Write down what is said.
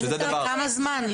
שזה דבר --- לכמה זמן?